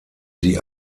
die